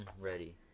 ready